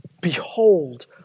Behold